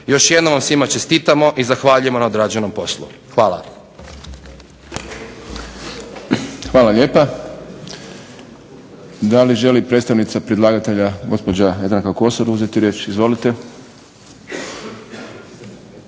Još jednom vam svima čestitamo i zahvaljujemo na odrađenom poslu. Hvala. **Šprem, Boris (SDP)** Hvala lijepa. Da li želi predstavnica predlagatelja gospođa Jadranka Kosor uzeti riječ? Izvolite.